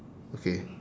okay